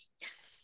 Yes